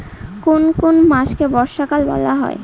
কোন কোন মাসকে বর্ষাকাল বলা হয়?